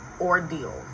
ordeal